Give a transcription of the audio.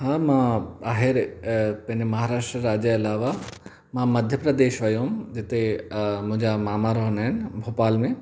हा मां ॿाहिरि पंहिंजे महाराष्ट्र राज्य अलावा मां मध्य प्रदेश वयुमि जिथे मुंहिंजा मामा रहंदा आहिनि भोपाल में